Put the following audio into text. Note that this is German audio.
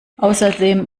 außerdem